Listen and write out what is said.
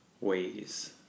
ways